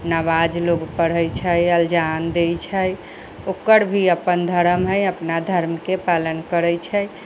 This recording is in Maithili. नवाज़ लोग पढ़ै छै अजान दै छै ओकर भी अपन धर्म है अपना धर्म के पालन करै छै